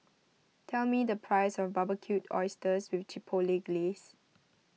tell me the price of Barbecued Oysters with Chipotle Glaze